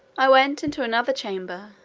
i went into another chamber,